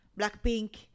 Blackpink